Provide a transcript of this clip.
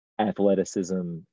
athleticism